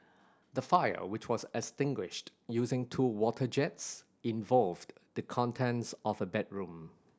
the fire which was extinguished using two water jets involved the contents of a bedroom